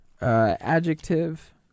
Adjective